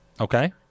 okay